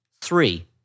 three